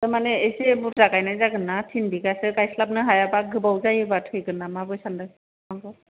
थारमाने एसे बुरजा गायनाय जागोन ना थिन बिघासो गायस्लाबनो हायाबा गोबाव जायोबा थैगोन नामाबो सान्दों बिफांखौ